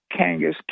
Kangas